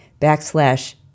backslash